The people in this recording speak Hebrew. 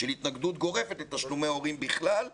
בהתנגדות גורפת לתשלומי הורים בכלל,